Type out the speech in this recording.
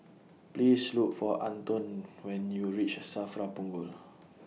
Please Look For Anton when YOU REACH SAFRA Punggol